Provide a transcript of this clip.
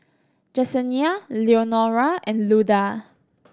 Jesenia Leonora and Luda